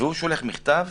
אבל הוא שולח מכתב,